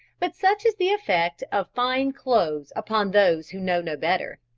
but such is the effect of fine clothes upon those who know no better.